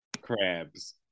crabs